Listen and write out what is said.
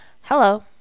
hello